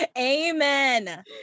Amen